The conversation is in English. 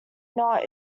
not